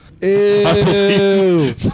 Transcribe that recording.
Ew